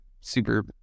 super